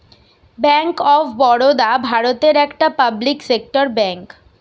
bank of Baroda ভারতের একটা public sector bank